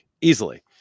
easily